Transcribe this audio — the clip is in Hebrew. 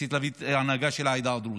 רציתי להביא את ההנהגה של העדה הדרוזית,